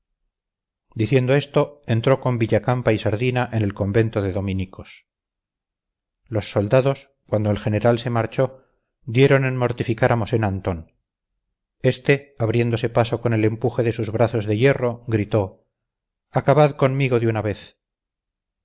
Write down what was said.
diciendo esto entró con villacampa y sardina en el convento de dominicos los soldados cuando el general se marchó dieron en mortificar a mosén antón este abriéndose paso con el empuje de sus brazos de hierro gritó acabad conmigo de una vez